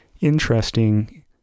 interesting